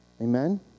Amen